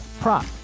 prop